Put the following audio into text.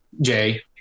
jay